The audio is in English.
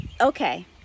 okay